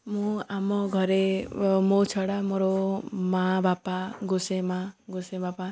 ମୁଁ ଆମ ଘରେ ମୋ ଛଡ଼ା ମୋର ମାଆ ବାପା ଗୋସାଇଁ ମାଆ ଗୋସେଇଁ ବାପା